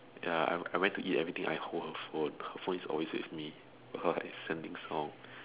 ya I I went to eat everything I hold her phone her phone is always with me cause I sending songs